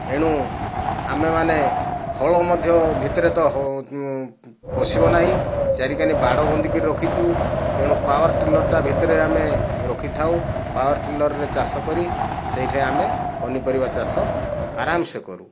ଏଣୁ ଆମେମାନେ ହଳ ମଧ୍ୟ ଭିତରେ ତ ପଶିବ ନାହିଁ ଚାରି କାନି ବାଡ଼ ବନ୍ଦୀ କରି ରଖିଛୁ ତେଣୁ ପାୱାର ଟିଲର ଭିତରେ ଆମେ ରଖିଥାଉ ପାୱାର ଟିଲରରେ ଚାଷ କରି ସେହିଠେଇଁ ଆମେ ପନିପରିବା ଚାଷ ଆରାମସେ କରୁ